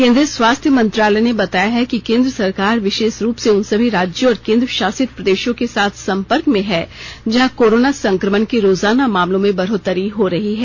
केंद्रीय स्वास्थ्य मंत्रालय ने बताया है कि केन्द्र सरकार विशेष रूप से उन सभी राज्यों और केन्द्र शासित प्रदेशों के साथ संपर्क में हैं जहां कोरोना संक्रमण के रोजाना मामलों में बढ़ोतरी हो रही है